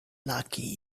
lucky